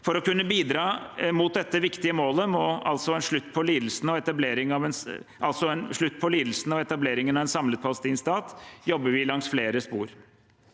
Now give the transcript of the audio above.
For å kunne bidra mot dette viktige målet, altså en slutt på lidelsene og etableringen av en samlet palestinsk stat, jobber vi langs flere spor.